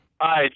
Hi